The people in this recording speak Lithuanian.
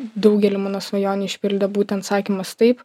daugelį mano svajonių išpildė būtent sakymas taip